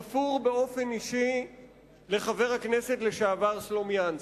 תפור באופן אישי לחבר הכנסת לשעבר סלומינסקי.